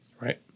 Right